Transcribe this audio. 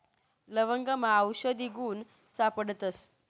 लवंगमा आवषधी गुण सापडतस